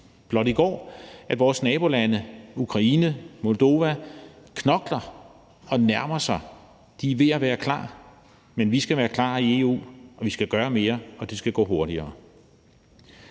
blot i går, at vores nabolande Ukraine, Moldova knokler og nærmer sig. De er ved at være klar, men vi skal være klar i EU, og vi skal gøre mere, og det skal gå hurtigere.